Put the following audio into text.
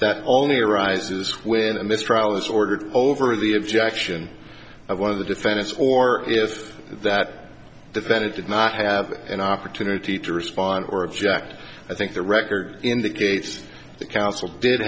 that only arises when a mistrial is ordered over the objection of one of the defendants or if that defendant did not have an opportunity to respond or object i think the record indicates that counsel did